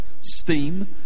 steam